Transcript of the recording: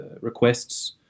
requests